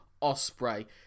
Osprey